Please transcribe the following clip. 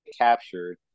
captured